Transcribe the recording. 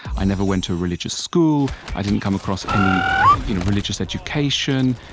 i never went to a religious school. i didn't come across any you know religious education.